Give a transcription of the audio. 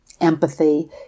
empathy